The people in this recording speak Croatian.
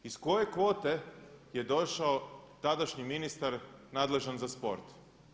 Iz koje kvote je došao tadašnji ministar nadležan za sport?